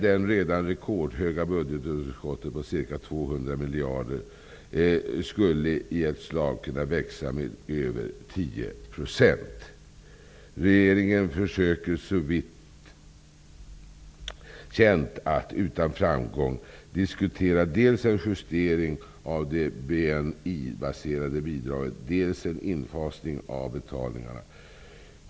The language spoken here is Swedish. Det redan rekordhöga budgetunderskottet på ca 200 miljarder skulle i ett slag kunna växa med över 10 %. Regeringen försöker såvitt känt att utan framgång diskutera dels en justering av det BNI baserade bidraget, dels en infasning av betalningarna.